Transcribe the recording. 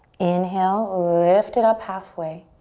inhale, lift it up halfway.